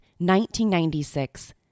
1996